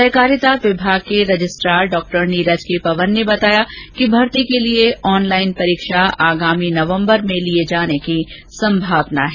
सहकारिता विभाग के registrar Dr Neeraj K Pawan ने बताया कि भर्ती के लिए ऑनलाइन परीक्षा आगामी नबम्बर में लिये जाने की संभावना है